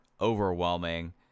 overwhelming